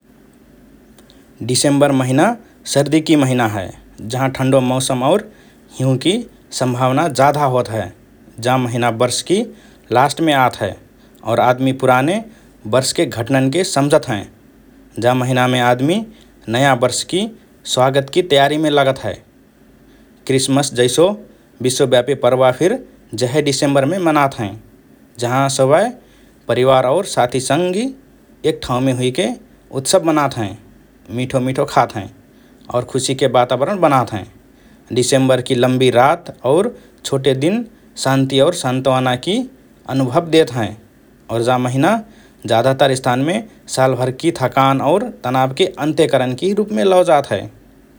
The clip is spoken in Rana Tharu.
डिसेम्बर महिना सर्दीकि महिना हए, जहाँ ठन्डो मौसम और हिउँकि सम्भावना जाधा होत हए । जा महिना वर्षकि लास्टमे आत हए और आदमि पुराने वर्षके घटनान्के सम्झत हएँ । जा महिनामे आदमि नया वर्षकि स्वागतकि तयारीमे लागत हएँ । क्रिसमस जैसो विश्वव्यापी पर्व फिर जहे डिसेम्बरमे मनात हएँ, जहाँ सबए परिवार और साथीसंगी एक ठाउमे हुइके उत्सव मनात हएँ, मिठो–मिठो खात हएँ और खुशिकि वातावरण बनात हएँ । डिसेम्बरकि लम्बी रात और छोटे दिन शान्ति और सान्त्वनाकि अनुभव देत हएँ और जा महिना जाधातर स्थानमे सालभरकि थकान और तनावके अन्त्य करनकि रुपमे लओ जात हए ।